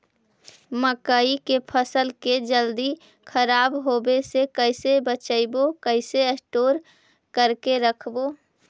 मकइ के फ़सल के जल्दी खराब होबे से कैसे बचइबै कैसे स्टोर करके रखबै?